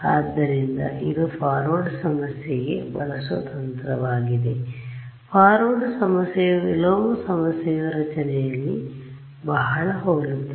ಆದ್ದರಿಂದಇದು forward ಸಮಸ್ಯೆಗೆ ಬಳಸುವ ತಂತ್ರವಾಗಿದೆ ಫಾರ್ವರ್ಡ್ ಸಮಸ್ಯೆಯು ವಿಲೋಮ ಸಮಸ್ಯೆಯು ರಚನೆಯಲ್ಲಿ ಬಹಳ ಹೋಲುತ್ತದೆ